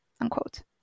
unquote